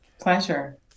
Pleasure